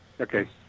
Okay